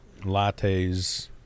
lattes